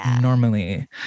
normally